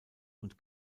und